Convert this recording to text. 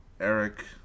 Eric